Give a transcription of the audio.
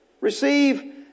Receive